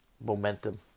momentum